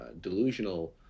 delusional